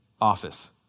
office